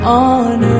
on